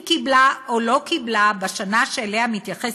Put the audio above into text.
אם קיבלה או לא קיבלה בשנה שאליה מתייחס